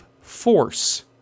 force